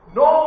no